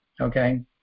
okay